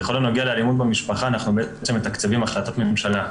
בכל הנוגע לאלימות במשפחה אנחנו בעצם מתקצבים החלטות ממשלה,